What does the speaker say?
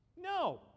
No